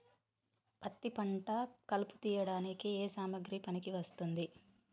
పత్తి పంట కలుపు తీయడానికి ఏ సామాగ్రి పనికి వస్తుంది?